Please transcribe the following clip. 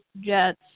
Jets